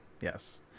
yes